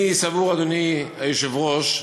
אני סבור, אדוני היושב-ראש,